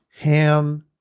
ham